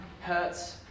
hurts